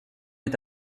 est